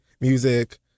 music